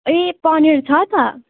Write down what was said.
ए पनिर छ त